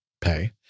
pay